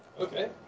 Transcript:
Okay